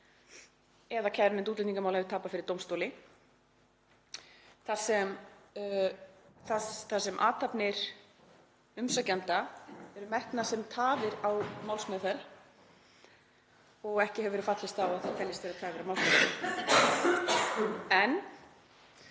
eða kærunefnd útlendingamála hefur tapað fyrir dómstóli þar sem athafnir umsækjanda eru metnar sem tafir á málsmeðferð og ekki hefur verið fallist á að þær teljist vera tafir á málsmeðferð. Ég